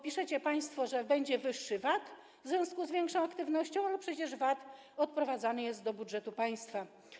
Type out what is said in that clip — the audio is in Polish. Piszecie państwo, że będzie wyższy VAT w związku z większą aktywnością, ale przecież VAT odprowadzany jest do budżetu państwa.